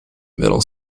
middle